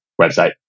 website